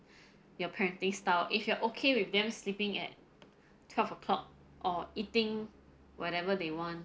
your parenting style if you are okay with them sleeping at twelve o'clock or eating whatever they want